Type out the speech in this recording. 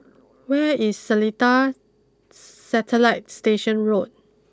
where is Seletar Satellite Station Road